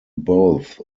both